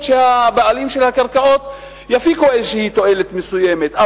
שהבעלים של הקרקעות יפיקו איזו תועלת מסוימת,